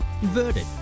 inverted